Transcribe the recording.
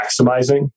maximizing